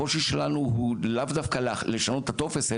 הקושי שלנו הוא לאו דווקא לשנות את הטופס,